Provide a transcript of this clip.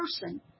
person